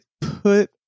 put